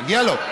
מגיע לו,